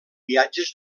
viatges